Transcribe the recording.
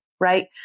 right